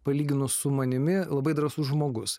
palyginus su manimi labai drąsus žmogus